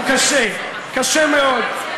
קשה מאוד.